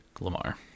Lamar